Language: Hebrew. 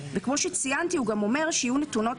וכמו שציינתי הוא גם אומר שיהיו נתונות